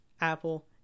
Apple